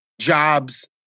jobs